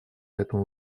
этому